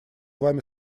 вами